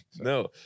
No